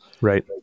Right